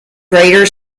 greater